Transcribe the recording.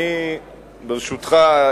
ברשותך,